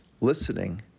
listening